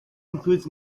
includes